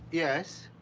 yes.